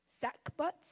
sackbut